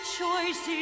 choice